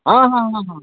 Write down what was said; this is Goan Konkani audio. आ हा हा